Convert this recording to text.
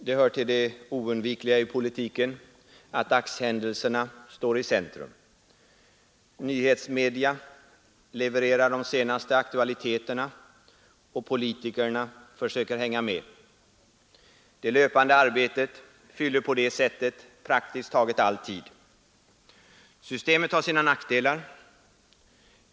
Fru talman! Det hör till det oundvikliga i politiken att dagshändelserna står i centrum. Nyhetsmedia levererar de senaste aktualiteterna och politikerna försöker hänga med. Det löpande arbetet fyller på det sättet praktiskt taget all tid. Systemet har sina nackdelar.